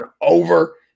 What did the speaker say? over